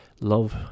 love